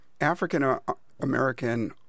African-American